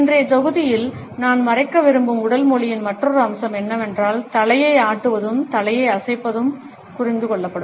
இன்றைய தொகுதியில் நான் மறைக்க விரும்பும் உடல் மொழியின் மற்றொரு அம்சம் என்னவென்றால் தலையை ஆட்டுவதும் தலையை அசைப்பதும் புரிந்து கொள்ளப்படும்